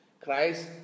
Christ